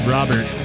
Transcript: Robert